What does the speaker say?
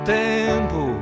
tempo